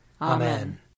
Amen